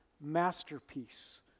masterpiece